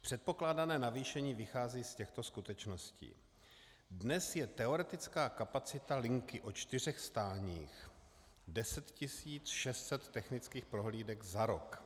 Předpokládané navýšení vychází z těchto skutečností: Dnes je teoretická kapacita linky o čtyřech stáních 10 600 technických prohlídek za rok.